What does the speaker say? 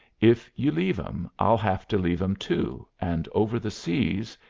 if you leave em i'll have to leave em too, and over the seas,